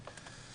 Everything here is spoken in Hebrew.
איפה יפורסם?